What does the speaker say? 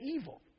evil